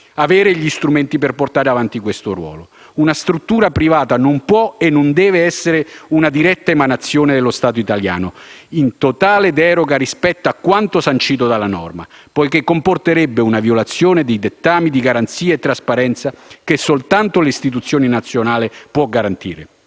avere gli strumenti per portare avanti quel ruolo. Una struttura privata non può e non deve essere una diretta emanazione dello Stato italiano, in totale deroga rispetto a quanto sancito dalla norma, poiché comporterebbe una violazione dei dettami di garanzia e trasparenza che soltanto l'istituzione nazionale può garantire.